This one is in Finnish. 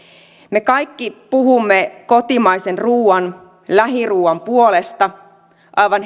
me kaikki puhumme kotimaisen ruoan lähiruoan puolesta aivan